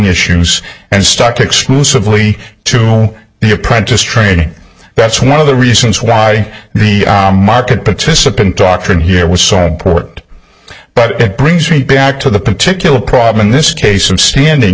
issues and stuck exclusively to the apprentice training that's one of the reasons why the market participants doctrine here was so important but that brings me back to the particular problem in this case i'm standing